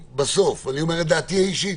ואני אומר את דעתי האישית.